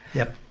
yep.